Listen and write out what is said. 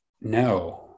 no